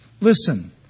Listen